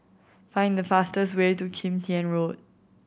find the fastest way to Kim Tian Road